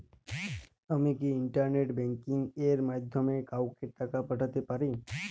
আমি কি internet banking এর মাধ্যমে কাওকে টাকা পাঠাতে পারি?